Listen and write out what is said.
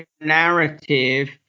narrative